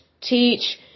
teach